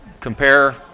compare